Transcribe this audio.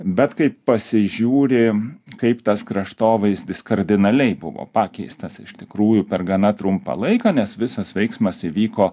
bet kai pasižiūri kaip tas kraštovaizdis kardinaliai buvo pakeistas iš tikrųjų per gana trumpą laiką nes visas veiksmas įvyko